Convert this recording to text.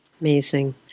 Amazing